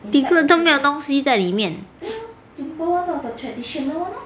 simple [one] 都没有东西在里面